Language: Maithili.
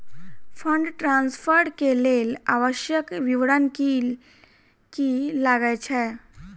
फंड ट्रान्सफर केँ लेल आवश्यक विवरण की की लागै छै?